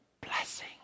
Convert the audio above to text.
blessing